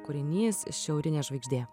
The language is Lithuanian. kūrinys šiaurinė žvaigždė